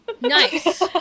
Nice